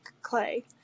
clay